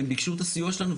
והם ביקשו את הסיוע שלנו,